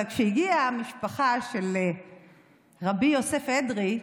אבל כשהגיעה המשפחה של רבי יוסף אדרי,